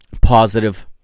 positive